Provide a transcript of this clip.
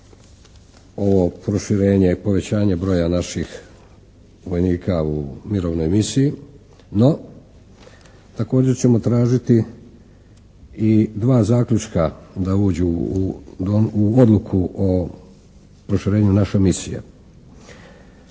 ovo proširenje, povećanje broja naših vojnika u mirovnoj misiji no također ćemo tražiti i dva zaključka da uđu u odluku o proširenju naše misije.